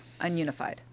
Ununified